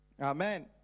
amen